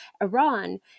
Iran